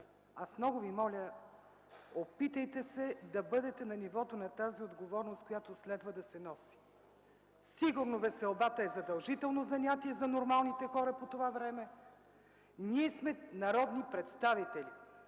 аз много Ви моля, опитайте се да бъдете на нивото на тази отговорност, която следва да се носи. (Смях в залата.) Сигурно веселбата е задължително занятие за нормалните хора по това време, но ние сме народни представители!